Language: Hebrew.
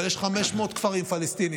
אבל יש 500 כפרים פלסטיניים,